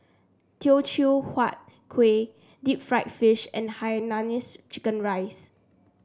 Teochew Huat Kuih Deep Fried Fish and Hainanese Chicken Rice